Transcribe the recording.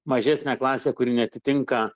mažesnę klasę kuri neatitinka